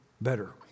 better